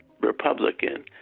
Republican